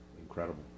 incredible